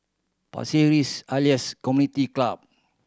Pasir Ris Elias Community Club